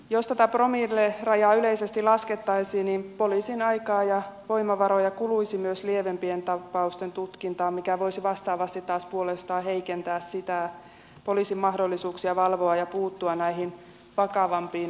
jos tätä promillerajaa yleisesti laskettaisiin niin poliisin aikaa ja voimavaroja kuluisi myös lievempien tapausten tutkintaan mikä voisi vastaavasti puolestaan heikentää poliisin mahdollisuuksia valvoa näitä vakavampia vesiliikennejuopumustapauksia ja puuttua niihin